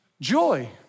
joy